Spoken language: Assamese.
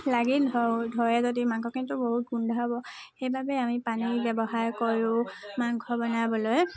লাগি ধ ধৰে যদি মাংসখিনিটো বহুত গোন্ধাব সেইবাবে আমি পানী ব্যৱহাৰ কৰোঁ মাংস বনাবলৈ